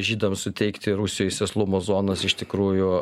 žydams suteikti rusijoj sėslumo zonas iš tikrųjų